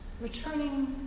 returning